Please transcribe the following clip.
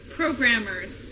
programmers